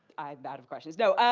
i am out of questions. no,